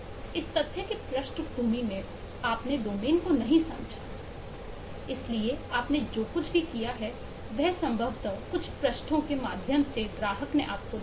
इस तथ्य की पृष्ठभूमि में आपने डोमेन को नहीं समझा इसलिए आपने जो कुछ भी किया है वह संभवतः कुछ पृष्ठों के माध्यम से ग्राहक ने आपको दिया है